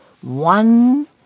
one